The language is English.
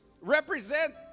represent